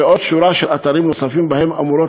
ועוד שורה של אתרים נוספים שבהם אמורות